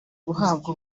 guhabwa